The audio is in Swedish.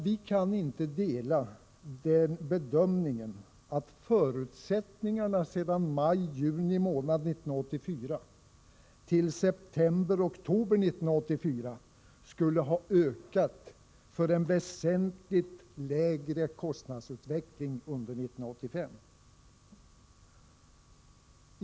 Vi kan inte dela bedömningen att förutsättningarna för en väsentligt lägre kostnadsutveckling under 1985 skulle ha ökat från maj-juni 1984 till september-oktober 1984.